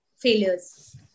Failures